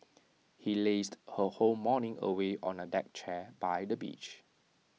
he lazed her whole morning away on A deck chair by the beach